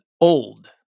old